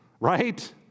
Right